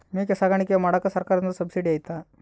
ಮೇಕೆ ಸಾಕಾಣಿಕೆ ಮಾಡಾಕ ಸರ್ಕಾರದಿಂದ ಸಬ್ಸಿಡಿ ಐತಾ?